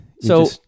So-